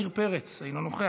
חבר הכנסת עמיר פרץ אינו נוכח.